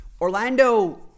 Orlando